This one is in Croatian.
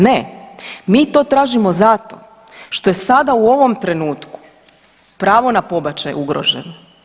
Ne, mi to tražimo zato što je sada u ovom trenutku pravo na pobačaj ugrožen.